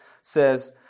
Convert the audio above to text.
says